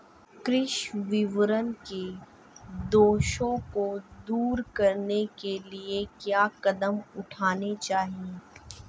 कृषि विपणन के दोषों को दूर करने के लिए क्या कदम उठाने चाहिए?